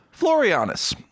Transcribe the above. florianus